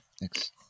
Next